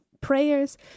prayers